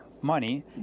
money